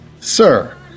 Sir